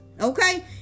Okay